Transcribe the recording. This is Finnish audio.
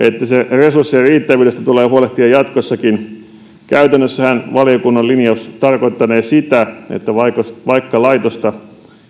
resurssien riittävyydestä tulee huolehtia jatkossakin käytännössähän valiokunnan linjaus tarkoittanee sitä että vaikka vaikka laitosta